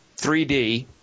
3D